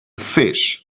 fish